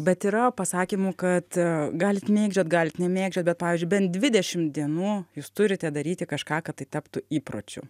bet yra pasakymų kad galit mėgdžiot galit nemėgdžiot bet pavyzdžiui bent dvidešimt dienų jūs turite daryti kažką kad tai taptų įpročiu